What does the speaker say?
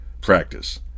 practice